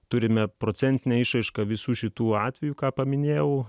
turime procentine išraiška visų šitų atvejų ką paminėjau